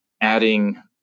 adding